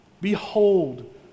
Behold